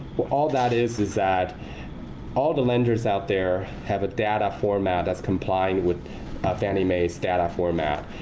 but all that is is that all the lenders out there have a data format that's complying with fannie mae's data format.